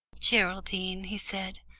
geraldine, he said,